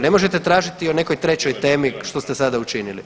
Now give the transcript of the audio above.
Ne možete tražiti o nekoj trećoj temi što ste sada učinili.